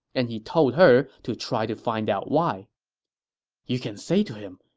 and he told her to try to find out why you can say to him,